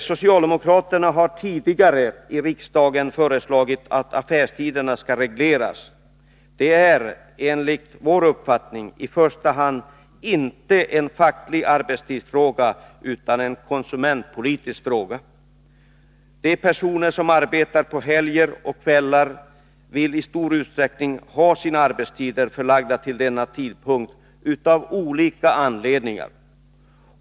Socialdemokraterna har tidigare i riksdagen föreslagit att affärstiderna skall regleras. Det är, enligt vår uppfattning, inte i första hand en facklig arbetstidsfråga utan en konsumentpolitisk fråga. De personer som arbetar på helger och kvällar vill av olika anledningar i stor utsträckning ha sina arbetstider förlagda till dessa tidpunkter.